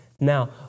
Now